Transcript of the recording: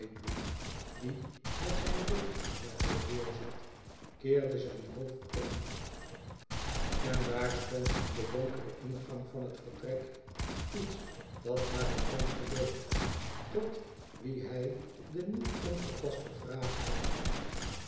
die met zijn rug naar de deur zat keerde zijn hoofd om en daar stond in den donkeren ingang van het vertrek iets dat naar een man geleek tot wien hij de niet ongepaste vraag richtte